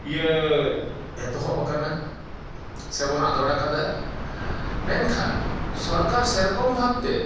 ᱤᱭᱟᱹᱻᱮᱛᱚᱦᱚᱵ ᱟᱠᱟᱱᱟ ᱥᱮᱵᱚᱱ ᱟᱸᱫᱳᱲ ᱠᱟᱫᱟ ᱢᱮᱱᱠᱷᱟᱱ ᱥᱚᱨᱠᱟᱨ ᱥᱮᱨᱚᱠᱚᱢ ᱵᱷᱟᱵ ᱛᱮ